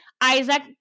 Isaac